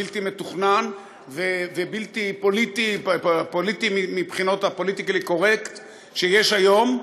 בלתי מתוכנן ובלתי פוליטיקלי-קורקט שיש היום,